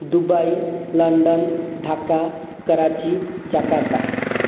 Dubai London Dhaka Karachi Jakarta